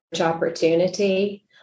opportunity